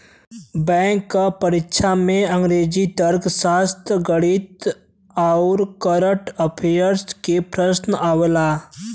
bank क परीक्षा में अंग्रेजी, तर्कशास्त्र, गणित आउर कंरट अफेयर्स के प्रश्न आवला